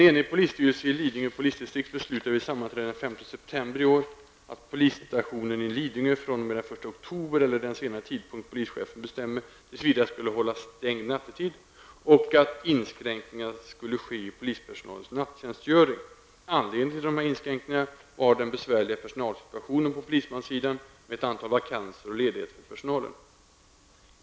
att polisstationen i Lidingö fr.o.m. den 1 oktober eller den senare tidpunkt polischefen bestämmer tills vidare skall hållas stängd nattetid och att inskränkningar skulle ske i polispersonalens nattjänstgöring. Anledningen till dessa inskränkningar var den besvärliga personalsituationen på polismanssidan med ett antal vakanser och ledigheter för personalen.